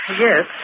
Yes